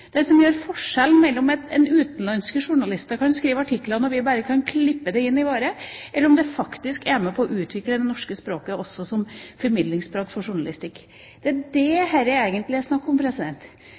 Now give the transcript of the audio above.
Det som er forskjellen mellom at utenlandske journalister kan skrive artikler og vi bare kan klippe dem inn i våre, om det faktisk er med på å utvikle det norske språket også som formidlingsspråk for journalistikk, det er det